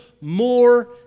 more